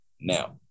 now